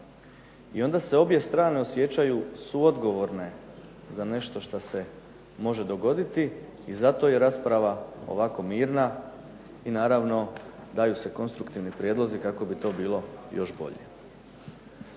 I onda se obje strane osjećaju suodgovorne za nešto što se može dogoditi i zato je rasprava ovako mirna i naravno daju se konstruktivni prijedlozi kako bi to bilo još bolje.